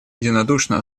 единодушно